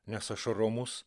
nes aš romus